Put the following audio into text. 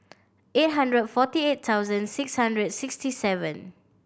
eight hundred forty eight thousand six hundred sixty seven